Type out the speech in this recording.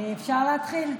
אפשר להתחיל?